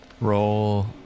roll